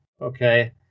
Okay